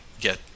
get